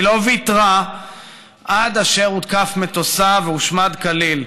והיא לא ויתרה עד אשר הותקף מטוסה והושמד כליל,